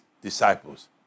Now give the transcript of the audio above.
disciples